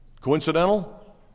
Coincidental